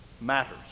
matters